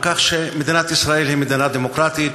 על כך שמדינת ישראל היא מדינה דמוקרטית,